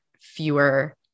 fewer